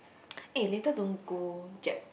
eh later don't go jap